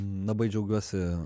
labai džiaugiuosi